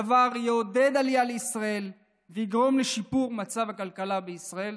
הדבר יעודד עלייה לישראל ויגרום לשיפור מצב הכלכלה בישראל.